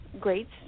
greats